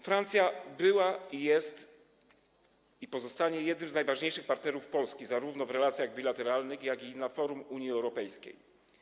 Francja była, jest i pozostanie jednym z najważniejszych partnerów Polski zarówno w relacjach bilateralnych, jak i na forum Unii Europejskiej.